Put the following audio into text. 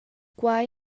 quai